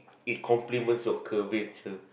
it complements your curvature